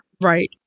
Right